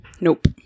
Nope